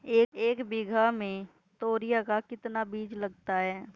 एक बीघा में तोरियां का कितना बीज लगता है?